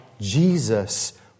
Jesus